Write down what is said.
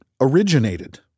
originated